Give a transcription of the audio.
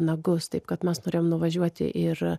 nagus taip kad mes norėjom nuvažiuoti ir